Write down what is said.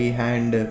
hand